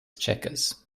checkers